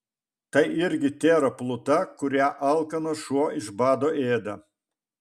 tai irgi tėra pluta kurią alkanas šuo iš bado ėda